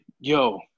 Yo